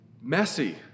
messy